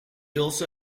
also